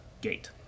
gate